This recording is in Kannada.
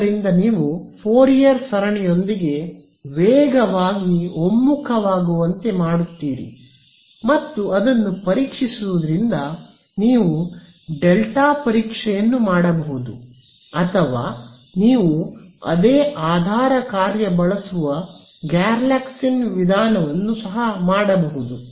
ಆದ್ದರಿಂದ ನೀವು ಫೋರಿಯರ್ ಸರಣಿಯೊಂದಿಗೆ ವೇಗವಾಗಿ ಒಮ್ಮುಖವಾಗುವಂತೆ ಮಾಡುತ್ತೀರಿ ಮತ್ತು ಅದನ್ನು ಪರೀಕ್ಷಿಸುವುದರಿಂದ ನೀವು ಡೆಲ್ಟಾ ಪರೀಕ್ಷೆಯನ್ನು ಮಾಡಬಹುದು ಅಥವಾ ನೀವು ಅದೇ ಆಧಾರ ಕಾರ್ಯ ಬಳಸುವ ಗ್ಯಾಲೆರ್ಕಿನ್ಸ್ ವಿಧಾನವನ್ನು ಮಾಡಬಹುದು